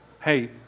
hey